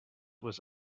was